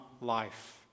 life